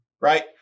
right